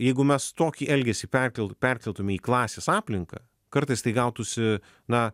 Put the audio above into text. jeigu mes tokį elgesį perkel perkeltume į klasės aplinką kartais tai gautųsi na